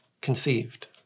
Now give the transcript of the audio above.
conceived